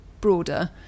broader